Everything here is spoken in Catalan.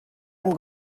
amb